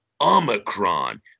Omicron